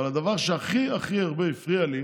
אבל הדבר שהכי הכי הרבה הפריע לי